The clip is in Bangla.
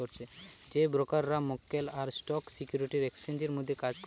যেই ব্রোকাররা মক্কেল আর স্টক সিকিউরিটি এক্সচেঞ্জের মধ্যে কাজ করছে